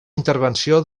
intervenció